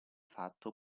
fatto